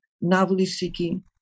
novelty-seeking